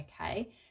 okay